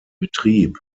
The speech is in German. betrieb